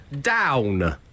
Down